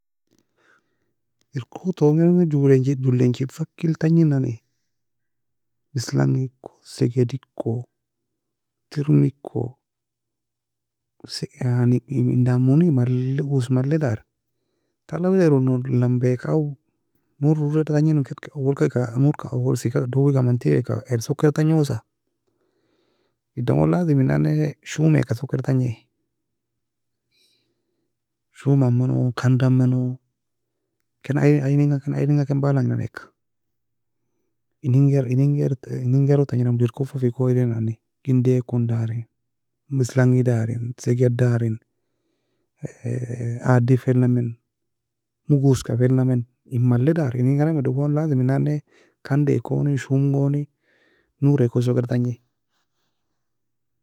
Eriko nan nae july enchi july enchi faki la tagnei beslangiko, segediko, tirmiko, mendamuni male ose male dar tala. Wida eronon lamba eka نور oreaka awslka eka kir eka نور ka sokeda awal ka dawe ga amantika sokedaka tangosa idan gon لازم inani shume ka sokeda tangai shouma meno, kanda mano, ken aiye enga ken ayie enga ken balang namai eka. Eningar eningar eningar tangie dangimo dier kofafika oidenanani ginday ekon daren beslangi daren sege daren adi fa elnamen mug oseka felnamen in male daren enin karm duo لازم enani kandy ekoni shoum goni نور ka sokeda tnagni